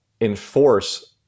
enforce